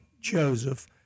Joseph